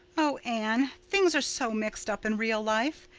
oh, anne, things are so mixed-up in real life.